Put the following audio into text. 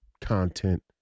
content